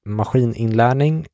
maskininlärning